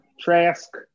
Trask